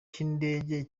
cy’indege